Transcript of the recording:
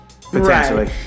Potentially